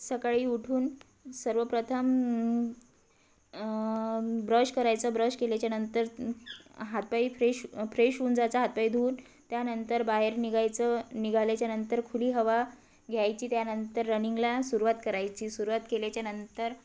सकाळी उठून सर्वप्रथम ब्रश करायचं ब्रश केल्याच्यानंतर हातपाय फ्रेश फ्रेश होऊन जायचा हातपाय धुऊन त्यानंतर बाहेर निघायचं निघाल्याच्यानंतर खुली हवा घ्यायची त्यानंतर रनिंगला सुरुवात करायची सुरुवात केल्याच्यानंतर